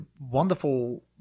wonderful